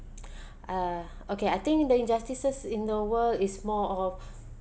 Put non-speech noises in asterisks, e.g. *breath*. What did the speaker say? *breath* uh okay I think the injustices in the world is more of